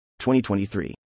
2023